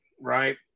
right